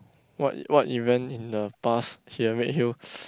what what event in the past here made you